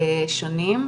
שנים,